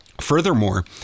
Furthermore